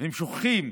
והם שוכחים: